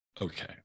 Okay